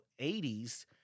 80s